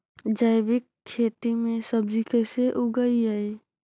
जैविक खेती में सब्जी कैसे उगइअई?